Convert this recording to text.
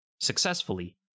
successfully